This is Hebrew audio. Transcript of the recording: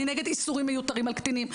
אני נגד איסורים מיותרים על קטינים.